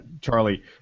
Charlie